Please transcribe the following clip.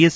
S